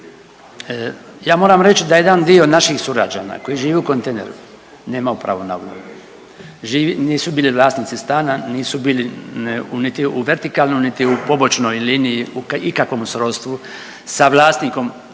ja moram reći da jedan dio naših sugrađana koji žive u kontejneru nemaju pravo na obnovu. Nisu bili vlasnici stana, nisu bili niti u vertikalnoj niti u pobočnoj liniji u ikakvom srodstvu sa vlasnikom